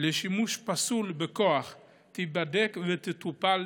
לשימוש פסול בכוח תיבדק ותטופל